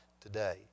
today